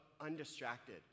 undistracted